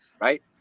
right